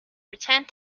pretend